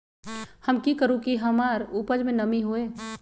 हम की करू की हमार उपज में नमी होए?